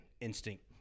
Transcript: instinct